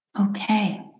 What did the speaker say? Okay